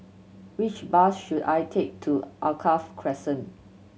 which bus should I take to Alkaff Crescent